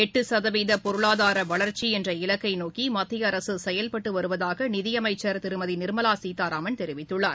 எட்டு சதவீத பொருளாதார வளர்ச்சி என்ற இலக்கை நோக்கி மத்திய அரசு செயல்பட்டு வருவதாக நிதியமைச்சர் திருமதி நிர்மலா சீதாராமன் தெரிவித்துள்ளார்